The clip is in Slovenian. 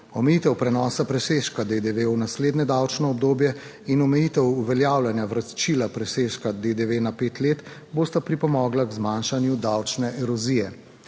Omejitev prenosa presežka DDV v naslednje davčno obdobje in omejitev uveljavljanja vračila presežka DDV na pet let bosta pripomogla k zmanjšanju davčne erozije.